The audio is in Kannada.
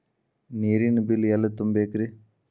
ನೇರಿನ ಬಿಲ್ ಎಲ್ಲ ತುಂಬೇಕ್ರಿ?